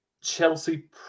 Chelsea